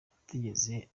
atigeze